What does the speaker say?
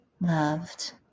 loved